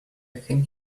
came